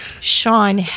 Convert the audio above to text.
Sean